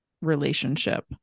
relationship